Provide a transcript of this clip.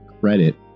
credit